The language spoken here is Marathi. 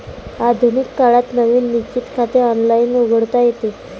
आधुनिक काळात नवीन निश्चित खाते ऑनलाइन उघडता येते